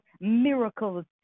miracles